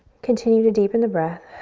continue to deepen the breath,